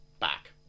back